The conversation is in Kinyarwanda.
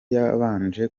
yabanje